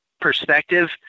perspective